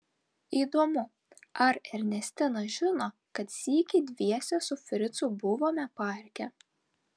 įdomu ar ernestina žino kad sykį dviese su fricu buvome parke